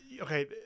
okay